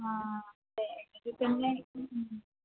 ആ അതെ പിന്നെ മ്മ് മ്മ്